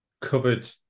covered